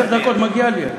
עשר דקות מגיעות לי.